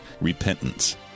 repentance